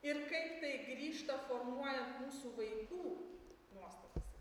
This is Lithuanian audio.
ir kaip tai grįžta formuojant mūsų vaikų nuostatas